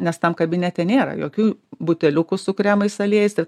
nes tam kabinete nėra jokių buteliukų su kremais aliejais ir